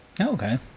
Okay